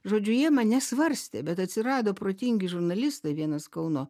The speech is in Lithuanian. žodžiu jie mane svarstė bet atsirado protingi žurnalistai vienas kauno